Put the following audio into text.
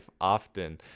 often